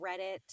reddit